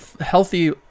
healthy